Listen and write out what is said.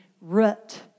root